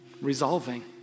resolving